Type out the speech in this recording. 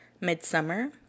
Midsummer